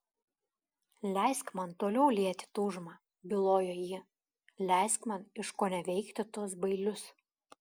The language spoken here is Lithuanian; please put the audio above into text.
leisk man toliau lieti tūžmą bylojo ji leisk man iškoneveikti tuos bailius